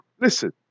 Listen